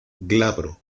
glabro